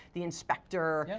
the inspector yep.